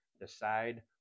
decide